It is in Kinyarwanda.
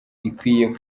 ikwiye